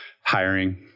hiring